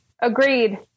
Agreed